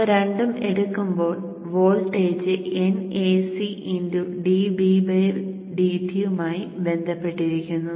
അവ രണ്ടും എടുക്കുമ്പോൾ വോൾട്ടേജ് NAcdBdt മായി ബന്ധപ്പെട്ടിരിക്കുന്നു